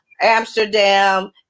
Amsterdam